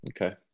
Okay